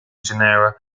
genera